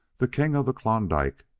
the king of the klondike,